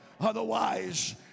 Otherwise